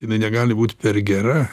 jinai negali būt per gera